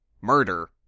murder